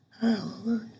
Hallelujah